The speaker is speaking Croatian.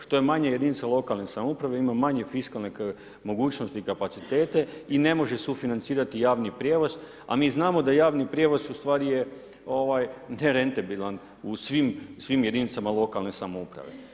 Što je manje jedinice lokalne samouprave, ima manje fiskalnih mogućnosti i kapacitete i ne može sufinancirati javni prijevoz, a mi znamo da javni prijevoz, ustvari je nerentabilan u svim jedinicama lokalne samouprave.